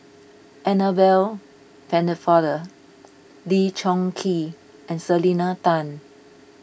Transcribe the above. Annabel Pennefather Lee Choon Kee and Selena Tan